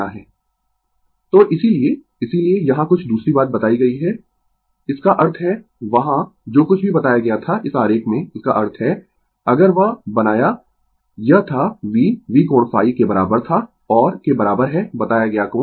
Refer Slide Time 1728 तो इसीलिए इसीलिए यहाँ कुछ दूसरी बात बताई गयी है इसका अर्थ है वहां जो कुछ भी बताया गया था इस आरेख में इसका अर्थ है अगर वह बनाया यह था v V कोण ϕ के बराबर था और के बराबर है बताया गया कोण 0